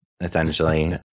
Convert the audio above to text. essentially